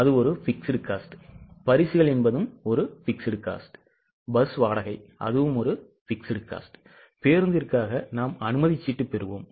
அது ஒரு fixed cost பரிசுகள் ஒரு fixed cost பஸ் வாடகை ஒரு fixed cost பேருந்திற்காக அனுமதி சீட்டு பெறுவோம்